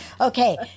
Okay